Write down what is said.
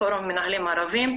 בפורום מנהלים ערבים,